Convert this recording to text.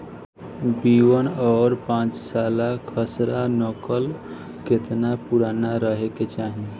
B one और पांचसाला खसरा नकल केतना पुरान रहे के चाहीं?